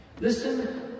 listen